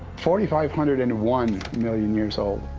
forty-five hundred and one million years old?